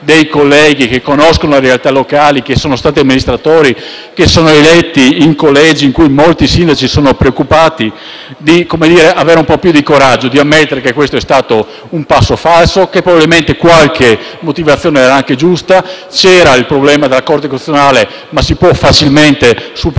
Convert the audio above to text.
dei colleghi che conoscono le realtà locali, che sono stati amministratori e che sono stati eletti in collegi in cui molti sindaci sono preoccupati, perché abbiano un po' più di coraggio per ammettere che questo è stato un passo falso, che probabilmente qualche motivazione era anche giusta e c'era il problema della Corte costituzionale che si può facilmente superare,